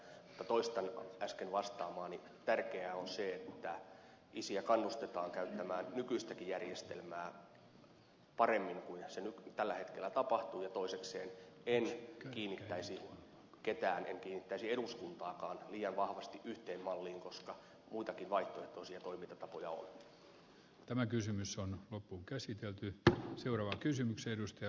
mutta toistan äsken vastaamani että tärkeää on se että isiä kannustetaan käyttämään nykyistäkin järjestelmää paremmin kuin se tällä hetkellä tapahtuu ja toisekseen en kiinnittäisi ketään en kiinnittäisi eduskuntaakaan liian vahvasti yhteen malliin koska muitakin vaihtoehtoisia toimintatapoja on loppuunkäsitelty että seuraava kysymys edustaja